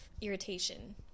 irritation